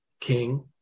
King